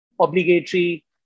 obligatory